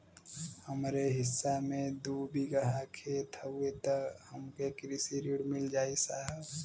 हमरे हिस्सा मे दू बिगहा खेत हउए त हमके कृषि ऋण मिल जाई साहब?